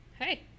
hey